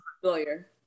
familiar